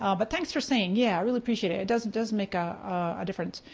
um but thanks for saying, yeah, i really appreciate it. it does it does make a ah difference.